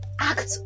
act